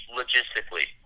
logistically